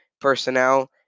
personnel